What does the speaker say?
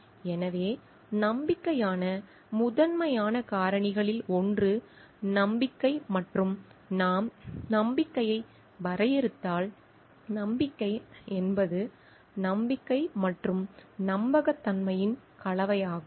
எனவே நம்பிக்கைக்கான முதன்மையான காரணிகளில் ஒன்று நம்பிக்கை மற்றும் நாம் நம்பிக்கையை வரையறுத்தால் நம்பிக்கை என்பது நம்பிக்கை மற்றும் நம்பகத்தன்மையின் கலவையாகும்